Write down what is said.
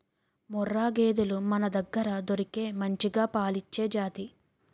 ముర్రా గేదెలు మనదగ్గర దొరికే మంచిగా పాలిచ్చే జాతి